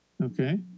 Okay